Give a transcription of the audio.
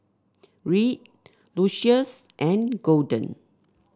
Reed Lucius and Golden